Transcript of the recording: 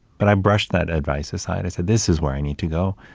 but i brushed that advice aside, i said, this is where i need to go.